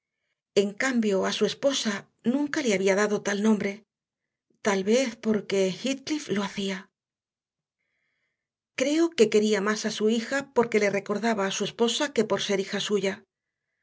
en cambio a su esposa nunca le había dado tal nombre tal vez porque heathcliff lo hacía creo que quería más a su hija porque le recordaba a su esposa que por ser hija suya